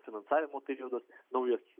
finansavimo periodas naujas